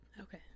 Okay